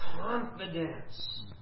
confidence